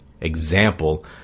example